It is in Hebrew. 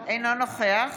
אינו נוכח